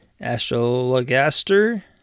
Astrologaster